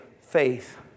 faith